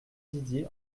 didier